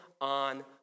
on